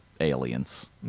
aliens